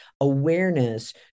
awareness